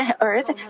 earth